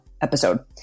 episode